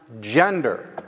gender